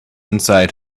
inside